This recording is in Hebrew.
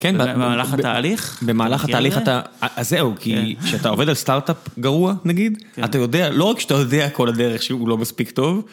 כן, במהלך התהליך, במהלך התהליך אתה... אז זהו, כי כשאתה עובד על סטארט-אפ גרוע, נגיד, כן, אתה יודע, לא רק שאתה יודע כל הדרך שהוא לא מספיק טוב,